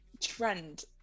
trend